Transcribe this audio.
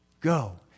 Go